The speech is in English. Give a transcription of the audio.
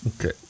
Okay